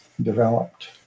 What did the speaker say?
developed